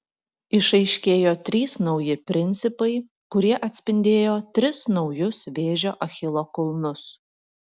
išaiškėjo trys nauji principai kurie atspindėjo tris naujus vėžio achilo kulnus